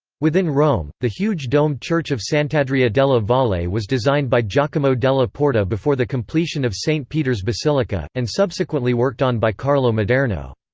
within rome, the huge domed church of sant'andrea della valle was designed by giacomo della porta before the completion of st peter's basilica, and subsequently worked on by carlo maderno.